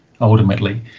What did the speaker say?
ultimately